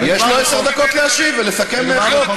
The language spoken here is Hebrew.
יש לו עשר דקות להשיב ולסכם חוק.